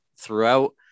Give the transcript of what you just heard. throughout